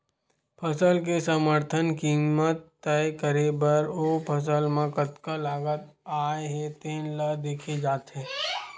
फसल के समरथन कीमत तय करे बर ओ फसल म कतका लागत आए हे तेन ल देखे जाथे